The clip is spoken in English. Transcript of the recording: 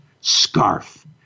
scarf